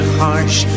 harsh